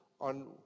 on